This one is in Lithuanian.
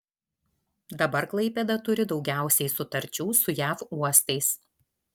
dabar klaipėda turi daugiausiai sutarčių su jav uostais